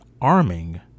arming